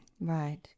right